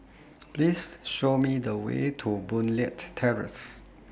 Please Show Me The Way to Boon Leat Terrace